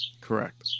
Correct